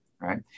right